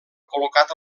col·locat